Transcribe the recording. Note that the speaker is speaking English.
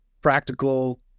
practical